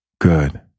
Good